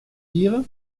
dire